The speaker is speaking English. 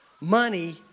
money